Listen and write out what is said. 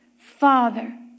Father